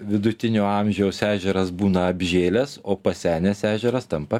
vidutinio amžiaus ežeras būna apžėlęs o pasenęs ežeras tampa